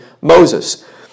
Moses